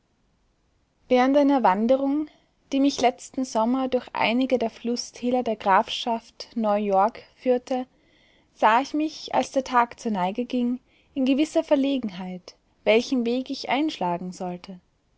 während einer wanderung die mich letzten sommer durch einige der flußtäler der grafschaft neuyork führte sah ich mich als der tag zur neige ging in gewisser verlegenheit welchen weg ich einschlagen sollte